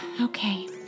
Okay